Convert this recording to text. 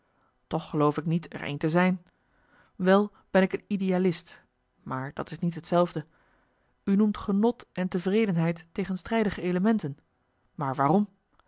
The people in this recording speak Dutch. toch geloof ik niet er een te zijn wel ben ik een idealist maar dat is niet hetzelfde u noemt genot en tevredenheid tegenstrijdige elementen maar waarom